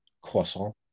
Croissant